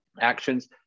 actions